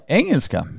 engelska